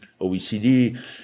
OECD